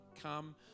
come